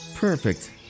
perfect